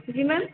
जी ma'am